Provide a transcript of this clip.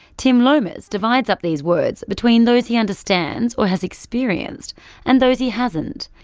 tim lomas divides up these words between those he understands or has experienced and those he hasn't.